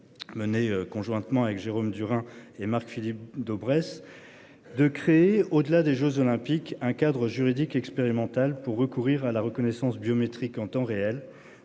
Menée conjointement avec Jérôme Durain et Marc-Philippe Daubresse. De créer au-delà des Jeux olympiques. Un cadre juridique expérimental pour recourir à la reconnaissance biométrique en temps réel